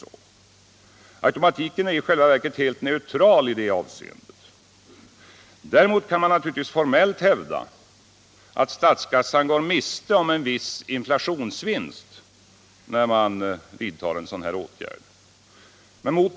Automatiken är i själva verket helt neutral i det avseendet. Däremot kan man naturligtvis formellt hävda att statskassan går miste om en viss inflationsvinst när man vidtar en sådan här åtgärd.